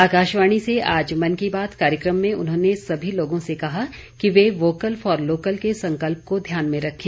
आकाशवाणी से आज मन की बात कार्यक्रम में उन्होंने सभी लोगों से कहा कि वे वोकल फॉर लोकल के संकल्प को ध्यान में रखें